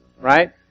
right